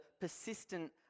persistent